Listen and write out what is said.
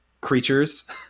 creatures